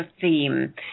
theme